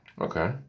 Okay